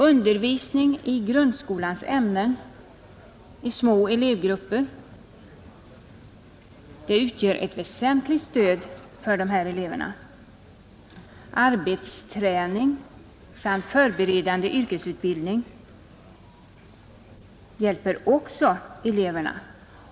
Undervisning i grundskolans ämnen i små elevgrupper utgör ett väsentligt stöd för de här eleverna. Också arbetsträning samt förberedande yrkesutbildning hjälper eleverna.